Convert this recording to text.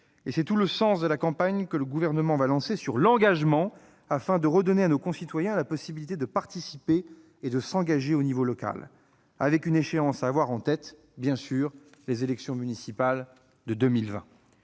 C'est tout le sens de la campagne que le Gouvernement va lancer sur l'engagement, afin de redonner à nos concitoyens la possibilité de participer et de s'engager au niveau local, avec une échéance à avoir en tête : les élections municipales de 2020.